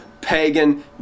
pagan